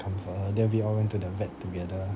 comfort her then we all went to the vet together